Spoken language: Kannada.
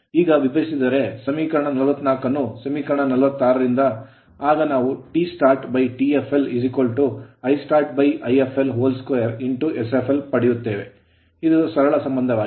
ಈಗ ವಿಭಜಿಸಿದರೆ ಸಮೀಕರಣ 44 ಅನ್ನು ಸಮೀಕರಣ 46 ರಿಂದ ಆಗ ನಾವು TstartTflIstart Ifl 2 sfl ಪಡೆಯುತ್ತೇವೆ ಇದು ಸರಳ ಸಂಬಂಧವಾಗಿದೆ